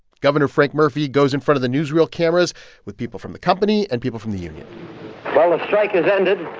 governor frank murphy goes in front of the newsreel cameras with people from the company and people from the union well, the ah strike has ended